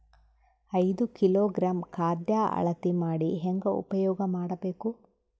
ಐದು ಕಿಲೋಗ್ರಾಂ ಖಾದ್ಯ ಅಳತಿ ಮಾಡಿ ಹೇಂಗ ಉಪಯೋಗ ಮಾಡಬೇಕು?